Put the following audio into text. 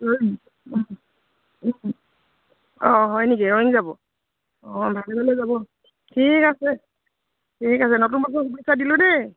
অঁ হয় নেকি ৰয়িং যাব অঁ ভালে ভালে যাব ঠিক আছে ঠিক আছে নতুন বছৰৰ শুভেচ্ছা দিলোঁ দেই